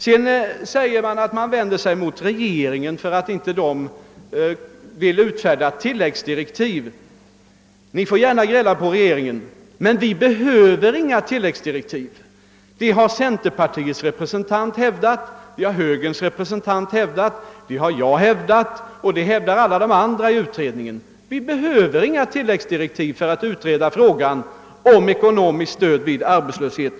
Han sade vidare att oppositionen kritiserat regeringen för att den inte velat utfärda tillläggsdirektiv. Ni får gärna gräla på regeringen, men vi behöver inga tilläggsdirektiv. Det har hävdats också av såväl centerpartiets som högerns representanter. Det har också jag och alla andra i utredningen hävdat. Vi behöver inga tilläggsdirektiv för att utreda frågan om ekonomiskt stöd vid arbetslöshet.